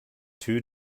two